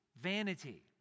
vanity